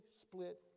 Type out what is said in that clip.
split